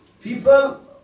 people